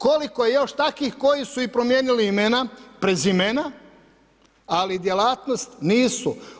Koliko je još takvih koji su promijenili imena, prezimena, ali djelatnost nisu.